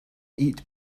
eat